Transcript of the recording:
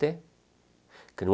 they can